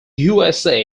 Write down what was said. usa